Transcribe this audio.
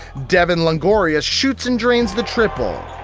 devon longoria shoots and drains the triple.